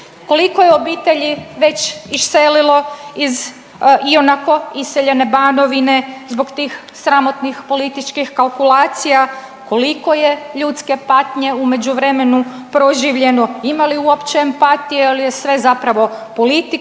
Koliko je obitelji već iselilo iz i onako iseljene Banovine zbog tih sramotnih političkih kalkulacija? Koliko je ljudske patnje u međuvremenu proživljeno? Ima li uopće empatije ili je sve zapravo politika?